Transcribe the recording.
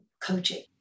coaching